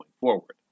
forward